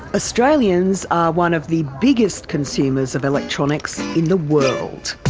australians are one of the biggest consumers of electronics in the world.